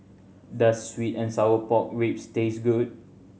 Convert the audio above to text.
does sweet and sour pork ribs taste good